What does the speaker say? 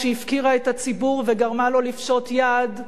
שהפקירה את הציבור וגרמה לו לפשוט יד,